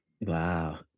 Wow